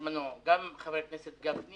בזמנו גם חבר הכנסת גפני